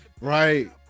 Right